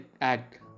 act